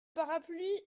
parapluie